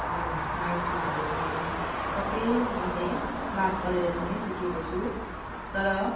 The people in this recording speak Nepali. यो नाइट सुटहरू बनाउनु सबै मैले क्लास गरेर नै सिकेको छु तर